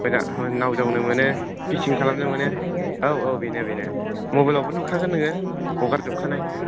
नाव जावनो मोनो फिसिं खालामनो मोनो औ औ बेनो बेनो मबाइल आवबो नुखागोन नोङो हगारजोबखानाय